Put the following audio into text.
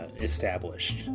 established